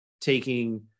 taking